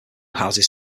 houses